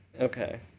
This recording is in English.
Okay